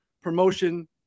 promotion